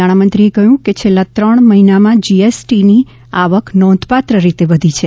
નાણાં મંત્રીએ કહ્યું કે છેલ્લા ત્રણ મહિનામાં જી એસ ટી ની આવક નોંધપાત્ર રીતે વધી છે